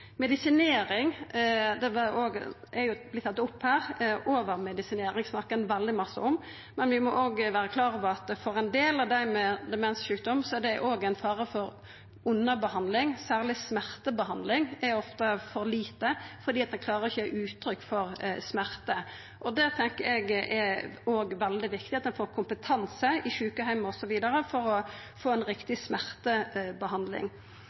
Medisinering har òg vorte tatt opp her. Overmedisinering snakkar ein veldig mykje om, men vi må òg vera klare over at for ein del av dei med demenssjukdom er det òg fare for underbehandling. Særleg smertebehandling er det ofte for lite av fordi ein ikkje klarar å gi uttrykk for smerte. Eg tenkjer det òg er veldig viktig at ein får kompetanse i sjukeheimar osv. for å få